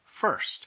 first